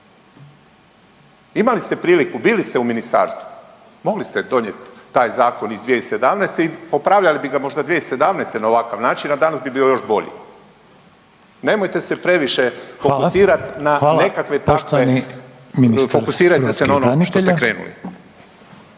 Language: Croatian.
Imali ste priliku, bili ste u ministarstvu. Mogli ste donijeti taj Zakon iz 2017. i popravljali bi ga možda 2017. na ovakav način, a danas bi bio još bolji. Nemojte se previše fokusirati na nekakve takve, fokusirajte se na ono što ste krenuli.